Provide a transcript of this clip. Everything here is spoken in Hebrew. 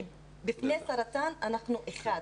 כי בפני הסרטן אנחנו אחד,